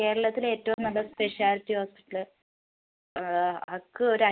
കേരളത്തിലെ ഏറ്റവും നല്ല സ്പെഷ്യാലിറ്റി ഹോസ്പിറ്റൽ ആൾക്ക് ഒരു